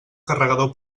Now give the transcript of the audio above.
carregador